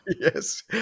yes